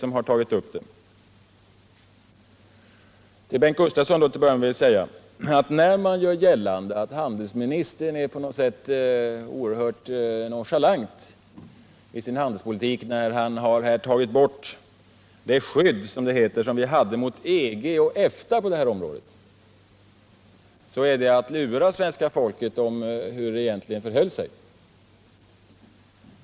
Jag vill därför först vända mig till Bengt Gustavsson och säga att när man gör gällande att jag på något sätt är oerhört nonchalant i min handelspolitik när jag tagit bort det skydd, som man kallar det, som vi hade på det här området mot EG och EFTA-länderna, så är det att lura svenska folket i stället för att säga hur det egentligen förhöll sig.